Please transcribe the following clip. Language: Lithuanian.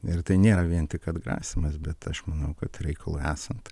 ir tai nėra vien tik atgrasymas bet aš manau kad reikalui esant